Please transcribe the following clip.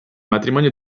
matrimonio